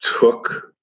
took